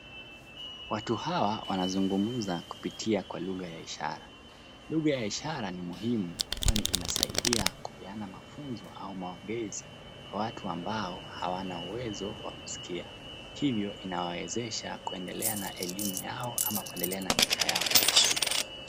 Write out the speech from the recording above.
Watu hawa wanazungumza kupitia kwa lugha ya ishara. Lugha ya ishara ni muhimu kwani inasaidia kupeana mafunzo au maongezi kwa watu ambao hawana uwezo wa kusikia. Hivyo inawawezesha kuendelea na elimu yao ama kuendelea na maisha yao ya kawaida.